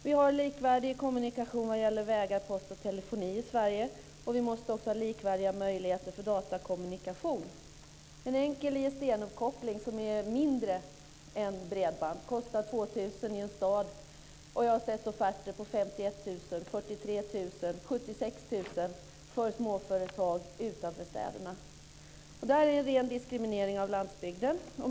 Vi har likvärdiga kommunikationer när det gäller vägar, post och telefoni i Sverige. Vi måste också ha likvärdiga möjligheter för datakommunikation. En enkel ISDN-uppkoppling som är mindre än bredband kostar 2 000 kr i en stad. Jag har sett offerter på 51 000 kr, 43 000 kr och 76 000 kr för småföretag utanför städerna. Det är en ren diskriminering av landsbygden.